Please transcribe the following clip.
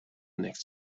next